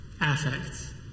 affects